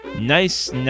Nice